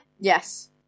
Yes